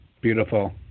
Beautiful